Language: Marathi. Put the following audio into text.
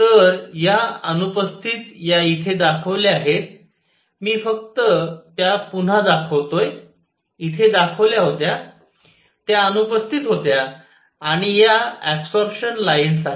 तर या अनुपस्थित या इथे दाखवल्या आहेत मी फक्त त्या पुन्हा दाखवतोय इथे दाखवल्या होत्या त्या अनुपस्थित होत्या आणि या ऍबसॉरप्शन लाइन्स आहेत